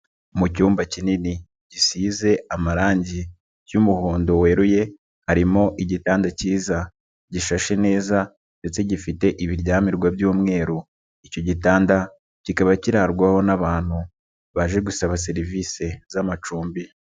Mu cyumba kinini gisize amarangi y'umuhondo weruye harimo igitanda kiza gishashe neza ndetse gifite ibiryamirwa by'umweru, icyo gitanda kikaba kirarwaho n'abantu baje gusaba serivise z'amacumbi.